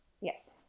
Yes